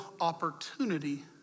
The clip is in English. opportunity